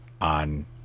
on